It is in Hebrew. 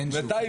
את תפתחי